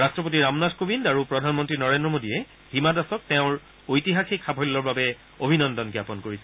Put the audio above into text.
ৰাট্টপতি ৰামনাথ কোৱিন্দ আৰু প্ৰধানমন্ত্ৰী নৰেন্দ্ৰ মোদীয়ে হিমা দাসক তেওঁৰ ঐতিহাসিক সাফল্যৰ বাবে অভিনন্দন জ্ঞাপন কৰিছে